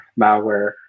malware